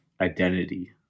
identity